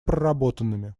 проработанными